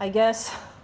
I guess